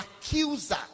accuser